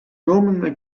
norman